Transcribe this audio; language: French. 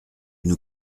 nous